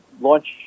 launch